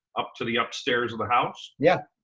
up to the upstairs of the house? yeah.